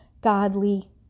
godly